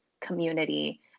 community